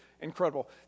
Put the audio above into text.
incredible